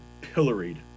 pilloried